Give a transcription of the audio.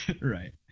Right